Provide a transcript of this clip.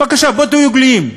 בבקשה, בואו תהיו גלויים.